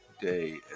day